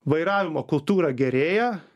vairavimo kultūra gerėja